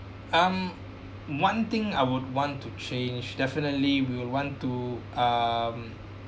mm one thing I would want to change definitely will want to um